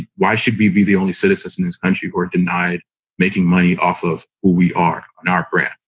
why should we be the only citizens in this country who are denied making money off of who we are on our behalf?